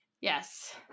Yes